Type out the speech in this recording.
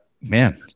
man